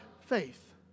faith